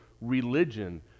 religion